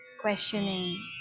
questioning